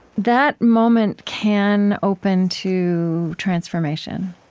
that moment can open to transformation.